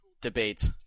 debate